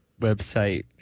website